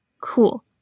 cool